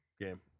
game